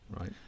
right